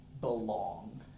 belong